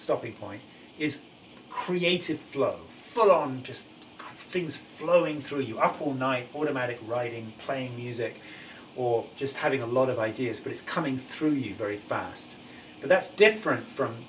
stopping point is creative flow full on just things flowing through you up all night automatic writing playing music or just having a lot of ideas but it's coming through you very fast that's different from